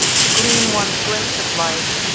to glean one glimpse of light,